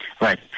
Right